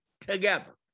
together